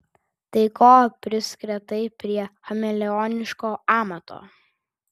tai ko priskretai prie chameleoniško amato